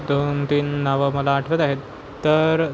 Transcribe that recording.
दोन तीन नावं मला आठवत आहेत तर